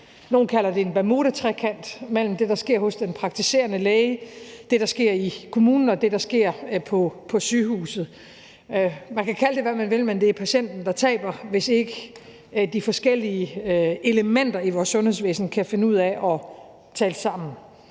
nogle kalder det en Bermudatrekant – mellem det, der sker hos den praktiserende læge, det, der sker i kommunen, og det, der sker på sygehuset. Man kan kalde det, hvad man vil, men det er patienten, der taber, hvis ikke de forskellige elementer i vores sundhedsvæsen kan finde ud af at tale sammen.